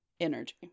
energy